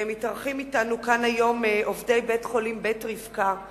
מתארחים אתנו כאן היום עובדי בית-החולים "בית רבקה".